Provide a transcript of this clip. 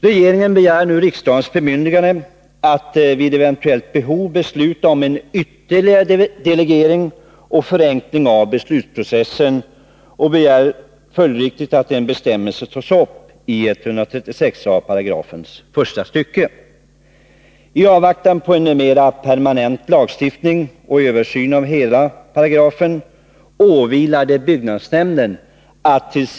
Regeringen begär riksdagens bemyndigande att vid eventuellt behov få besluta om en ytterligare delegering och förenkling av beslutsprocessen. En särskild bestämmelse bör följdriktigt tas in i 136 a § första stycket. I avvaktan på en mera permanent lagstiftning och översyn av hela paragrafen, åvilar det byggnadsnämnden attt.